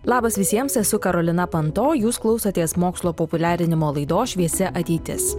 labas visiems esu karolina panto jūs klausotės mokslo populiarinimo laidos šviesi ateitis